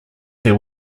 there